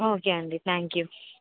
okay అండి thank you